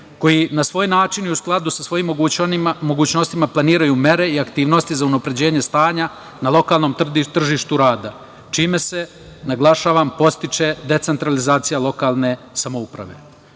koji na svoj način i u skladu sa svojim mogućnostima planiraju mere i aktivnosti za unapređenje stanja na lokalnom tržištu rada, čime se, naglašavam, podstiče decentralizacija lokalne samouprave. Zbog